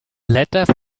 letter